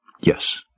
Yes